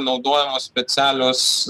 naudojamos specialios